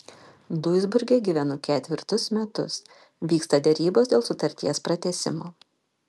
duisburge gyvenu ketvirtus metus vyksta derybos dėl sutarties pratęsimo